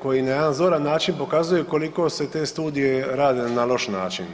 koji na jedan zoran način pokazuje koliko se te studije rade na loš način.